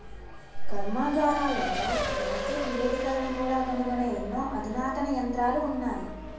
కర్మాగారాలలో మార్కెట్ నివేదికలను కూడా కనుగొనే ఎన్నో అధునాతన యంత్రాలు ఉన్నాయి